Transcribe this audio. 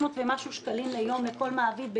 ומשהו שקלים בגין עובד ליום לכל מעביד,